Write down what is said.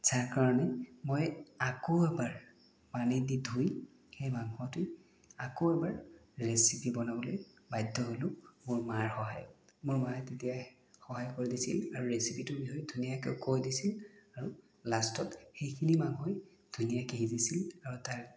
যাৰ কাৰণে মই আকৌ এবাৰ পানী দি ধুই সেই মাংসটো আকৌ এবাৰ ৰেচিপি বনাবলৈ বাধ্য হ'লো মোৰ মাৰ সহায়ত মোৰ মায়ে তেতিয়া সহায় কৰি দিছিল আৰু ৰেচিপিটোৰ বিষয়ে ধুনীয়াকৈ কৈ দিছিল আৰু লাষ্টত সেইখিনি মাংসই ধুনীয়াকৈ সিজিছিল আৰু তাৰ